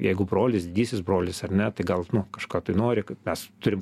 jeigu brolis didysis brolis ar ne tai gal nu kažko tai nori kad mes turim